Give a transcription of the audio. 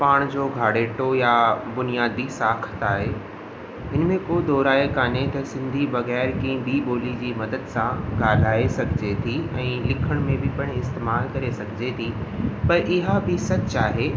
पाण जो घाड़ेटो या बुनियादी साख़्त आहे इन में को दो राइ कोन्हे त सिंधी बग़ैर कंहिं ॿी ॿोली जी मदद सां ॻाल्हाए सघिजे थी ऐं लिखण में बि इस्तेमाल करे सघिजे थी पर इहा बि सचु आहे